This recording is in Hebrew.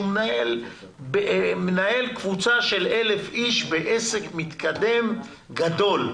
מנהל קבוצה של 1,000 אנשים בעסק מתקדם גדול,